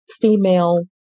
female